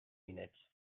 minutes